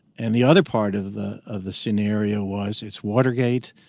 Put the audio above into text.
and the other part of the of the scenario was it's watergate.